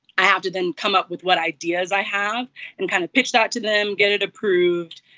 i have to then come up with what ideas i have and kind of pitch that to them, get it approved.